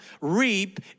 reap